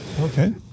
Okay